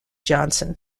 johnson